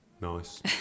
nice